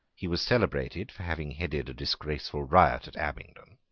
he was celebrated for having headed a disgraceful riot at abingdon.